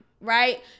right